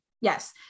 Yes